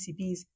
PCBs